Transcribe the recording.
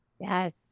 Yes